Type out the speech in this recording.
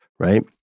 Right